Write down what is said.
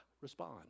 Respond